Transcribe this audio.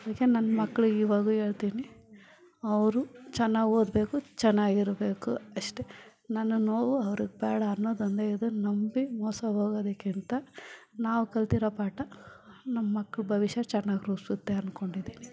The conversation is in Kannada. ಅದಕ್ಕೆ ನನ್ನ ಮಕ್ಕಳಿಗೆ ಇವಾಗು ಹೇಳ್ತೀನಿ ಅವರು ಚೆನ್ನಾಗ್ ಓದಬೇಕು ಚೆನ್ನಾಗ್ ಇರಬೇಕು ಅಷ್ಟೇ ನನ್ನ ನೋವು ಅವ್ರಿಗೆ ಬ್ಯಾಡ ಅನ್ನೋದು ಒಂದೇ ಇದು ನಂಬಿ ಮೋಸ ಹೋಗೋದುಕಿಂತ ನಾವು ಕಲಿತಿರೋ ಪಾಠ ನಮ್ಮ ಮಕ್ಳ ಭವಿಷ್ಯ ಚೆನ್ನಾಗಿ ರೂಪಿಸುತ್ತೆ ಅನ್ಕೊಂಡಿದೀನಿ